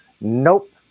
nope